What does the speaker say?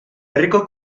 herriko